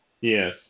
Yes